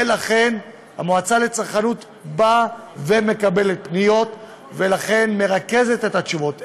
ולכן המועצה לצרכנות מקבלת פניות ומרכזת את התשובות.